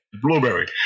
Blueberry